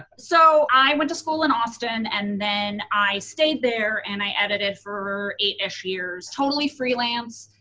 so i went to school in austin and then i stayed there and i edited for eight-sh years, totally freelance,